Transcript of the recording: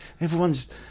everyone's